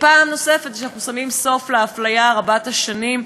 ופעם נוספת, אנחנו שמים סוף לאפליה רבת השנים.